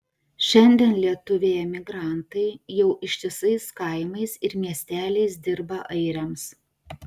šiandien lietuviai emigrantai jau ištisais kaimais ir miesteliais dirba airiams